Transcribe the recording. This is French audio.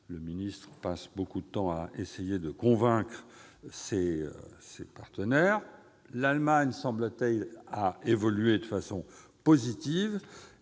Le ministre passe beaucoup de temps à essayer de convaincre ses partenaires. L'Allemagne semble avoir évolué de façon positive,